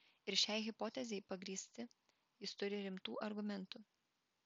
ir šiai hipotezei pagrįsti jis turi rimtų argumentų